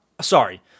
Sorry